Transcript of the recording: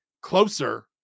closer